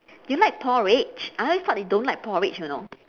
you like porridge I always thought you don't like porridge you know